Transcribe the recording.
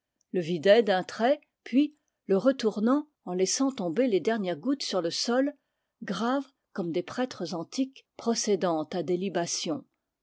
le vidaient d'un trait puis le retournant en laissaient tomber les dernières gouttes sur le sol graves comme des prêtres antiques procédant à